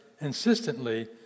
insistently